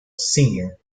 senior